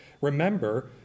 remember